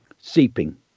seeping